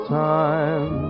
time